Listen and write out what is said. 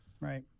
Right